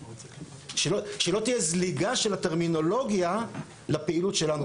שלא תהיה זליגה של הטרמינולוגיה לפעילות שלנו,